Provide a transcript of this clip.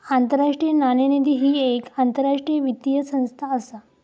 आंतरराष्ट्रीय नाणेनिधी ही येक आंतरराष्ट्रीय वित्तीय संस्था असा